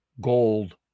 Gold